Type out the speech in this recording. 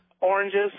oranges